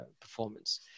performance